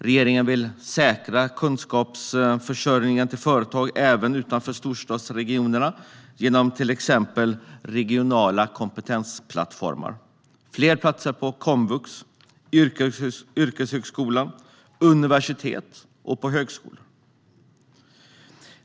Regeringen vill säkra kunskapsförsörjningen till företag även utanför storstadsregionerna genom till exempel regionala kompetensplattformar och fler platser på komvux, yrkeshögskola, universitet och högskolor.